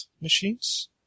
machines